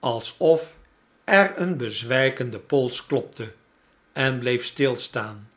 alsof er een bezwijkendepolsklopte en bleef stilstaan